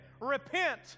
Repent